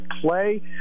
play